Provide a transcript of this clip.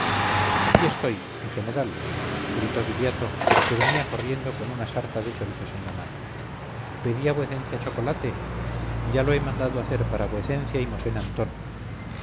aquí estoy mi general gritó viriato que venía corriendo con una sarta de chorizos en la mano pedía vuecencia chocolate ya lo he mandado hacer para vuecencia y mosén antón